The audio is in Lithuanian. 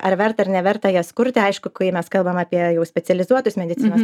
ar verta ar neverta jas kurti aišku kai mes kalbam apie jau specializuotus medicinos